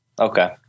Okay